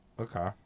Okay